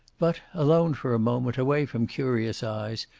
but, alone for a moment, away from curious eyes,